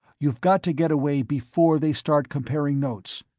you've got to get away before they start comparing notes.